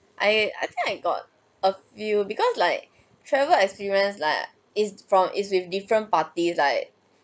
I I think I got a few because like travel experience like is from its with different party like